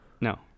No